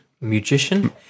magician